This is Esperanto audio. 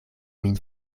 min